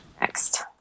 next